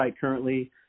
currently